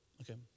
Okay